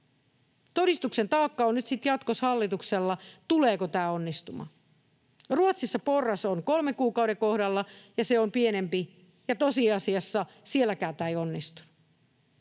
Todistuksen taakka on nyt sitten jatkossa hallituksella, tuleeko tämä onnistumaan. Ruotsissa porras on kolmen kuukauden kohdalla ja se on pienempi, ja tosiasiassa sielläkään tämä ei onnistunut.